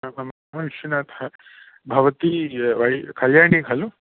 मम नाम विश्वनाथः भवती वै कल्याणी खलु